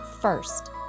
first